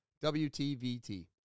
WTVT